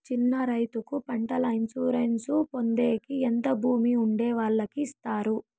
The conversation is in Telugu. చిన్న రైతుకు పంటల ఇన్సూరెన్సు పొందేకి ఎంత భూమి ఉండే వాళ్ళకి ఇస్తారు?